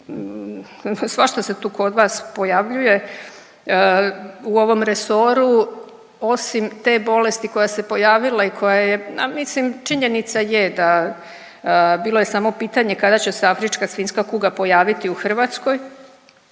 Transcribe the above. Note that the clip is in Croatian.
svašta se tu kod vas pojavljuje u ovom resoru, osim te bolesti koja se pojavila i koja je, a mislim činjenica je da bilo je samo pitanje kada će se afrička svinjska kuga pojaviti u Hrvatskoj.